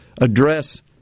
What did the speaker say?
address